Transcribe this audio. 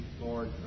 Lord